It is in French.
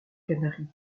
canaries